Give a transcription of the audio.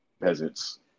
peasants